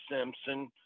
Simpson –